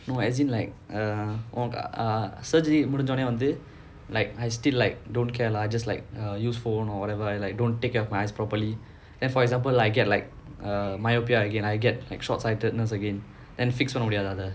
no as in like err ah surgery முடிஞ்ச ஒடனே வந்து:mudinja odanae vanthu like I still like don't care lah just like err use phone or whatever I like don't take care of my eyes properly then for example like get like uh myopia again I get uh short sightedness again then fix பண்ண முடியாத அத:panna mudiyaatha atha